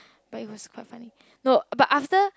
but it was quite funny look but after